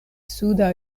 suda